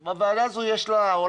לוועדה זו אולי יש כוח,